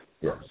yes